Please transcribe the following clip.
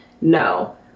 No